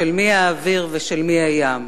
של מי האוויר ושל מי הים?